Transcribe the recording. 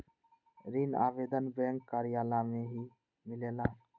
ऋण आवेदन बैंक कार्यालय मे ही मिलेला?